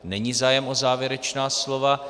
Není zájem o závěrečná slova.